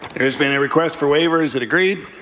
there has been a request for waiver. is it agreed?